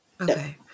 Okay